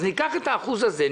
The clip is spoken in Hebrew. אז ניקח את האחוז הזה,